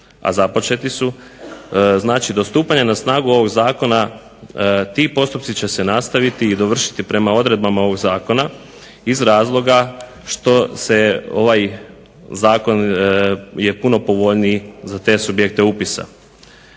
a započeti su, znači do stupanja na snagu ovog zakona ti postupci će se nastaviti i dovršiti prema odredbama ovog zakona iz razloga što je ovaj zakon puno povoljniji za te subjekte upisa.